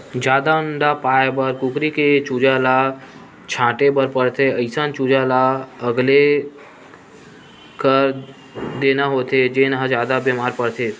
जादा अंडा पाए बर कुकरी के चूजा ल छांटे बर परथे, अइसन चूजा ल अलगे कर देना होथे जेन ह जादा बेमार परथे